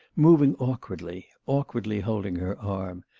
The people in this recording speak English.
moving awkwardly, awkwardly holding her arm,